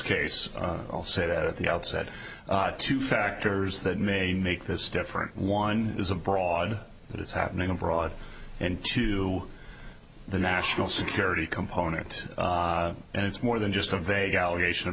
case i'll say that at the outset two factors that may make this different one is abroad that it's happening abroad and to the national security component and it's more than just a vague allegation of